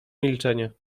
milczenie